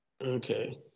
Okay